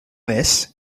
this